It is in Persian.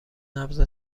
نبض